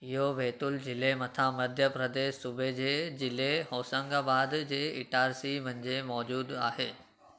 इहो बैतूलु जिले मथां मध्य प्रदेश सूबे जे ज़िले होशंगाबाद जे इटारसी मंझि मौजूदु आहे